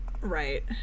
Right